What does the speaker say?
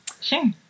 Sure